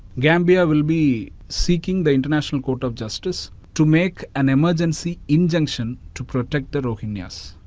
gambia will be seeking the international court of justice to make an emergency injunction to protect the rohingyas.